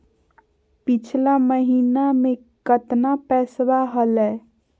पिछला महीना मे कतना पैसवा हलय?